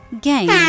Game